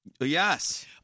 Yes